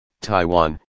Taiwan